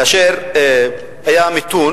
כאשר היה מיתון